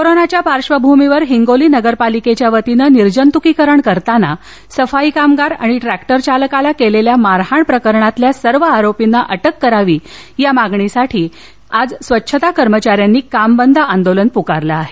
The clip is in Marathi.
कोरोनाच्या पार्श्वभूमीवर हिंगोली नगर पालिकेच्या वतीने निर्जतुकीकरण करताना सफाई कामगार आणि ट्रॅक्टर चालकाला केलेल्या मारहाण प्रकरणातील सर्व आरोपींना अटक करण्याच्या मागणीसाठी आज स्वच्छता कर्मचाऱ्यांनी काम बंद आंदोलन पुकारले आहे